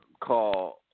call